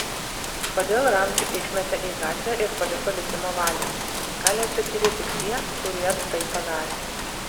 kodėl ramzį išmetė į gatvę ir paliko likimo valiai gali atsakyti tik tie kurie tai padarė